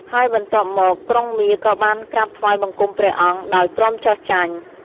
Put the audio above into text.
ហើយបន្ទាប់មក ក្រុងមារក៏បានក្រាបថ្វាយបង្គំព្រះអង្គដោយព្រមចុះចាញ់។